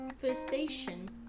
conversation